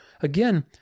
again